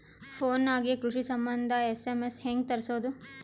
Phone ನಾಗೆ ಕೃಷಿ ಸಂಬಂಧ ಎಸ್.ಎಮ್.ಎಸ್ ಹೆಂಗ ತರಸೊದ?